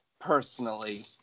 personally